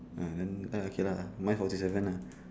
ah then now okay lah mine forty seven lah